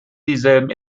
dieselben